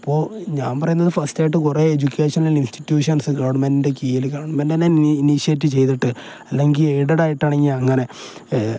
അപ്പോൾ ഞാൻ പറയുന്നത് ഫസ്റ്റായിട്ട് കുറേ എഡ്യക്കേഷണൽ ഇൻസ്റ്റിറ്റ്യൂഷൻസ് ഗവൺമെൻറിൻ്റെ കീഴിൽ ഗവൺമെൻ്റ് തന്നെ ഇനിഷിയേറ്റ് ചെയ്തിട്ട് അല്ലെങ്കിൽ എയ്ഡ ആയിട്ടാണെങ്കിൽ അങ്ങനെ